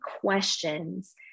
questions